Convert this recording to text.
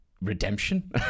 redemption